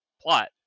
plot